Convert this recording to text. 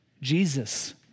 Jesus